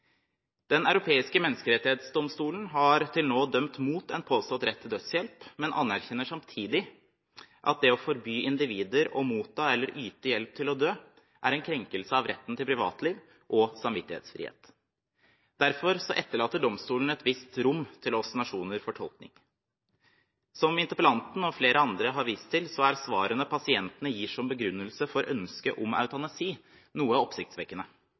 Den europeiske menneskerettighetsdomstolen har til nå dømt mot en påstått rett til dødshjelp, men anerkjenner samtidig at det å forby individer å motta eller yte hjelp til å dø er en krenkelse av retten til privatliv og samvittighetsfrihet. Derfor etterlater domstolen et visst rom for tolking til oss nasjoner. Som interpellanten og flere andre har vist til er svarene, som pasientene gir som begrunnelse for ønsket om eutanasi, noe oppsiktsvekkende.